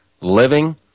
living